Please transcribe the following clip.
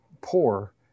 poor